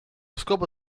scopo